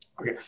Okay